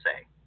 say